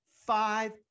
five